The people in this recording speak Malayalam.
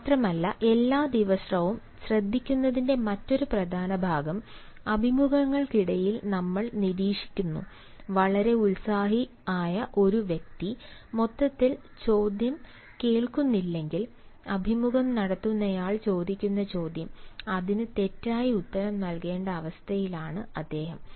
മാത്രമല്ല എല്ലാ ദിവസവും ശ്രദ്ധിക്കുന്നതിന്റെ മറ്റൊരു പ്രധാന ഭാഗം അഭിമുഖങ്ങൾക്കിടയിൽ നമ്മൾ നിരീക്ഷിക്കുന്നു വളരെ ഉത്സാഹി ആയ ഒരു വ്യക്തി മൊത്തത്തിൽ ചോദ്യം കേൾക്കുന്നില്ലെങ്കിൽ അഭിമുഖം നടത്തുന്നയാൾ ചോദിക്കുന്ന ചോദ്യം അതിന് തെറ്റായി ഉത്തരം നൽകേണ്ട അവസ്ഥയിലാണ് അദ്ദേഹം